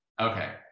Okay